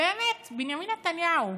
באמת, בנימין נתניהו,